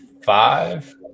five